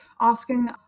asking